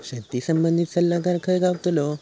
शेती संबंधित सल्लागार खय गावतलो?